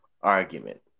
Argument